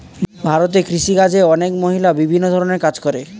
ভারতে কৃষিকাজে অনেক মহিলা বিভিন্ন ধরণের কাজ করে